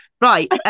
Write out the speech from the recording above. Right